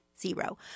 zero